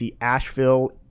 Asheville